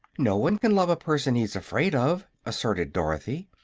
no one can love a person he's afraid of, asserted dorothy.